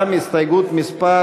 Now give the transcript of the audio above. גם הסתייגות מס'